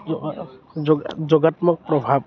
যো যোগাত্মক প্ৰভাৱ